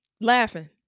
laughing